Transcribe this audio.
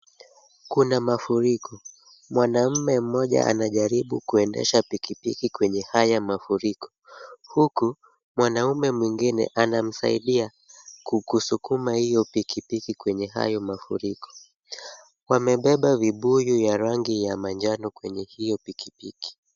Kuna mafuriko. mwanaume mmoja anajaribu kuendesha pikipiki kwenye haya mafuriko. Huku mwanaume mwingine anamsaidia kusukuma hiyo pikipiki kwenye hayo mafuriko. Wamebeba vibuyu ya rangi ya manjano kwenye hiyo pikipiki.